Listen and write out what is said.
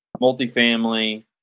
Multifamily